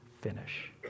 finish